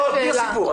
בלי סיפור.